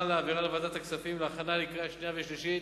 ולהעבירה לוועדת הכספים להכנתה לקריאה שנייה ושלישית.